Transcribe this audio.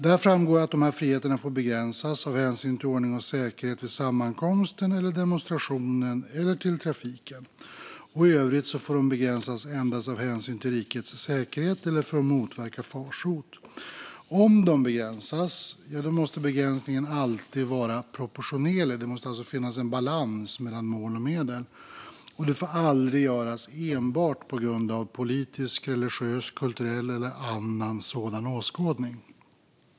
Där framgår att dessa friheter får begränsas av hänsyn till ordning och säkerhet vid sammankomsten eller demonstrationen eller till trafiken. I övrigt får de begränsas endast av hänsyn till rikets säkerhet eller för att motverka farsot. Om de begränsas måste begränsningen alltid vara proportionerlig - det måste alltså finnas en balans mellan mål och medel - och den får aldrig göras enbart på grund av politisk, religiös, kulturell eller annan sådan åskådning.